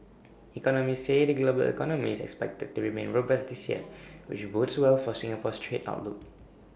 economists say the global economy is expected to remain robust this year which bodes well for Singapore's trade outlook